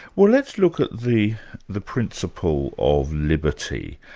well let's look at the the principle of liberty.